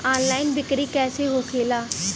Online बिक्री कैसे होखेला?